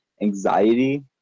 anxiety